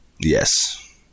Yes